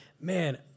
man